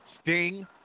Sting